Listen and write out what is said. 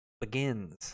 Begins